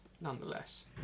nonetheless